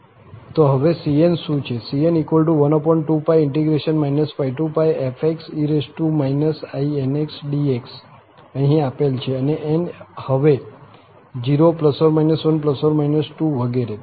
તો હવે cn શું છે cn12∫ n fe inxdx અહીં આપેલ છે અને n હવે 0±1±2 વગેરે